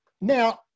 now